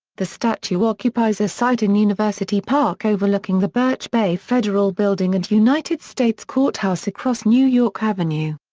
the statue occupies a site in university park overlooking the birch bayh federal building and united states courthouse across new york avenue.